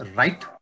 right